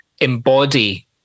embody